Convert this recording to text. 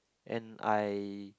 and I